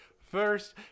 first